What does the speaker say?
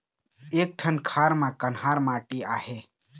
एक ठन खार म कन्हार माटी आहे?